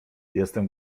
jestem